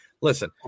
Listen